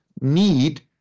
need